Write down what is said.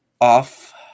off